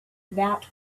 that